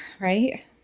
right